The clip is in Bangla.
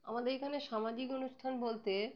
আমাদের এখানে সামাজিক অনুষ্ঠান বলতে